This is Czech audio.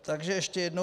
Takže ještě jednou.